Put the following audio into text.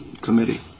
committee